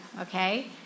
okay